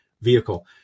vehicle